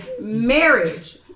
marriage